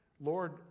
Lord